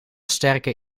sterker